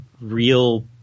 real